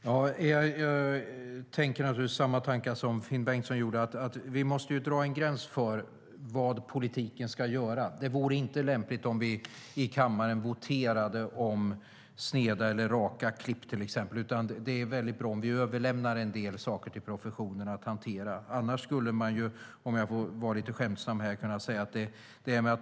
Fru talman! Jag har naturligtvis samma tankar som Finn Bengtsson, att vi måste dra en gräns för vad politiken ska göra. Det vore inte lämpligt om vi i kammaren voterade om sneda eller raka klipp till exempel, utan det är bra om vi överlämnar en del saker till professionen att hantera. Att ta fram riktlinjer är en oändligt omständlig process.